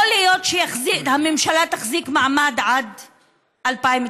יכול להיות שהממשלה תחזיק מעמד עד 2019,